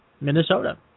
Minnesota